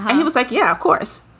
he was like, yeah of course.